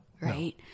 right